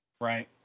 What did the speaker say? Right